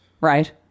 Right